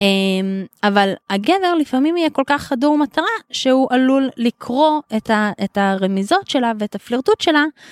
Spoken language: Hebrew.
אבל הגבר לפעמים יהיה כל כך חדור מטרה שהוא עלול לקרוא את הרמיזות שלה ואת הפלירטוט שלה.